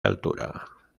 altura